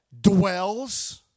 dwells